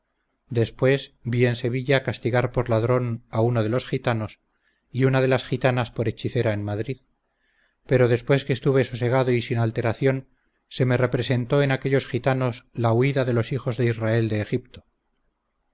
después vi en sevilla castigar por ladrón a uno de los gitanos y una de las gitanas por hechicera en madrid pero después que estuve sosegado y sin alteración se me representó en aquellos gitanos la huida de los hijos de israel de egipto